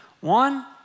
One